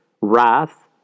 wrath